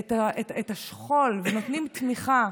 את השכול ונותנים תמיכה.